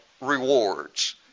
rewards